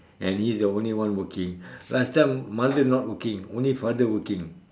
and he is the only one working last time mother not working only father working